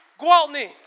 Gwaltney